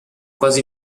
quasi